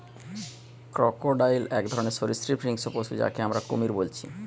crocodile এক ধরণের সরীসৃপ হিংস্র পশু যাকে আমরা কুমির বলছি